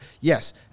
yes